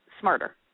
smarter